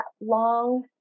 long